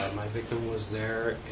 my victim was there.